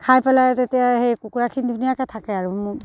খাই পেলাই তেতিয়া সেই কুকুৰাখিনি ধুনীয়াকৈ থাকে আৰু মোৰ